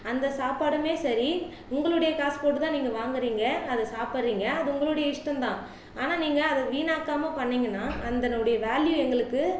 அந்த சாப்பாடுமே சரி உங்களுடைய காசு போட்டுத்தான் நீங்கள் வாங்கறீங்க அதை சாப்பிடறீங்க அது உங்களோட இஷ்டம் தான் ஆனால் நீங்கள் அதை வீணாக்காமல் பண்ணீங்கன்னா அதனுடைய வேல்யூ எங்களுக்கு